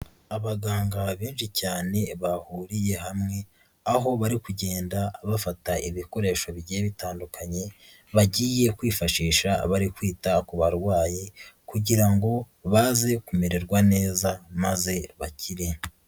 Abaganga benshi cyane bahuriye hamwe, aho bari kugenda bafata ibikoresho bigiye bitandukanye, bagiye kwifashisha bari kwita ku barwayi kugira ngo baze kumererwa neza, maze bakire.